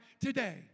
today